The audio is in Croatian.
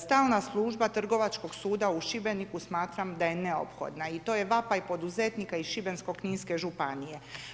Stalna služba Trgovačkog suda u Šibeniku smatram da je neophodna i to je vapaj poduzetnika iz Šibensko-kninske županije.